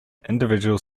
individual